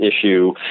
issue